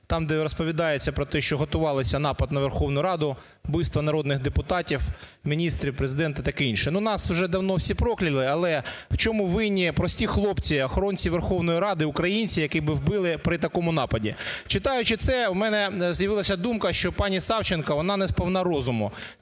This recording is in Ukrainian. там, де розповідається про те, що готувався напад на Верховну Раду, вбивство народних депутатів, міністрів, Президента і таке інше. Ну, нас вже давно всі прокляли, але в чому винні прості хлопці - охоронці Верховної Ради, українці, яких би вбили при такому нападі? Читаючи це, в мене з'явилася думка, що пані Савченко, вона несповна розуму.